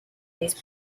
these